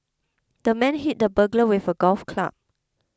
the man hit the burglar with a golf club